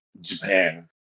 Japan